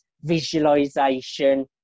visualization